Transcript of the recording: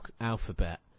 alphabet